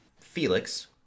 Felix